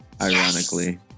ironically